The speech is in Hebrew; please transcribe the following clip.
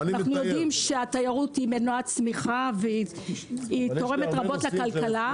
אנחנו יודעים שהתיירות היא מנוע הצמיחה והיא תורמת רבות לכלכלה.